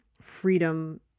freedom